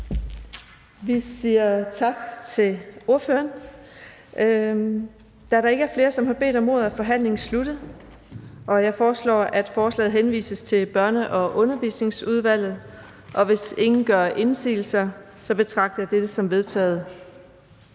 Vi siger tak til ordføreren. Da der ikke er flere, der har bedt om ordet, er forhandlingen sluttet. Jeg foreslår, at forslaget til folketingsbeslutning henvises til Børne- og Undervisningsudvalget. Hvis ingen gør indsigelse, betragter jeg dette som vedtaget.